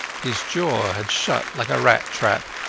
his jaw had shut like a rat-trap,